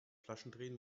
flaschendrehen